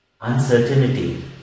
uncertainty